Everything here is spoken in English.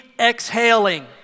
exhaling